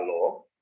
law